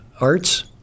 Arts